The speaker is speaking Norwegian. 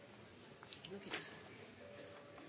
ikke gjøres nok